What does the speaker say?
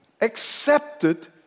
accepted